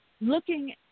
looking